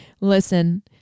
listen